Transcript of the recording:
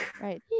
right